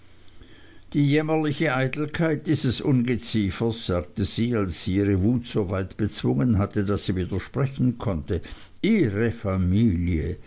die jämmerliche eitelkeit dieses ungeziefers sagte sie als sie ihre wut so weit bezwungen hatte daß sie wieder sprechen konnte ihre familie